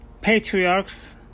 patriarchs